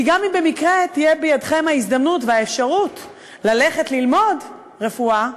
כי גם אם במקרה תהיה בידיכם ההזדמנות והאפשרות ללכת ללמוד רפואה,